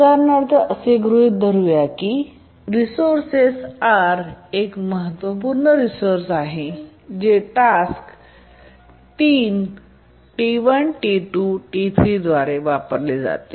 उदाहरणार्थ असे गृहित धरूया की रिसोर्से R एक महत्त्वपूर्ण रिसोर्से आहे जे 3 टास्क T1 T2 आणि T3 द्वारे वापरले जाते